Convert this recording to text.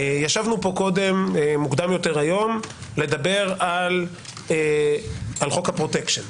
ישבנו פה מוקדם יותר היום לדבר על חוק הפרוטקשן,